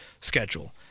schedule